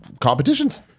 competitions